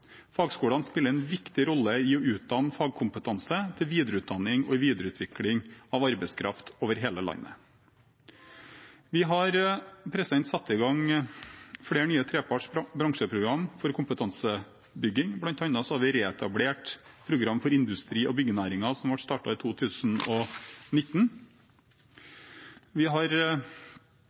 Fagskolene spiller en viktig rolle i å utdanne fagkompetanse, i videreutdanning og i videreutvikling av arbeidskraft i hele landet. Vi har satt i gang flere nye treparts bransjeprogrammer for kompetansebygging. Blant annet har vi reetablert program for industri- og byggenæringen som ble startet i 2019.